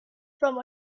from